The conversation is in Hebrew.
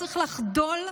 צריך לחדול,